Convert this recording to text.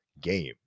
game